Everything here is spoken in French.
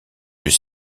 plus